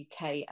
UK